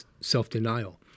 self-denial